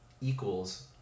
equals